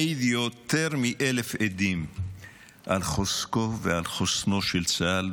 מעיד יותר מאלף עדים על חוזקו ועל חוסנו של צה"ל,